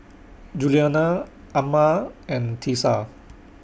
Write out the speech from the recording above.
Julianna Amma and Tisa